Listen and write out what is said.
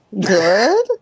Good